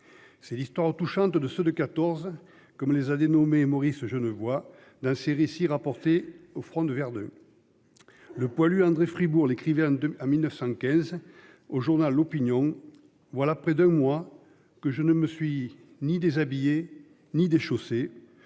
C'est l'histoire touchante de ceux de 14. Comme les années dénommé Maurice Genevoix d'insérer ici rapporté au front de vers de. Le poilu André Fribourg l'écrivain de à 1915 au journal l'Opinion. Voilà près de moi que je ne me suis ni déshabiller ni des chaussées.